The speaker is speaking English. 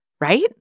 right